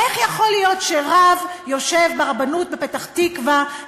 איך יכול להיות שרב יושב ברבנות בפתח-תקווה,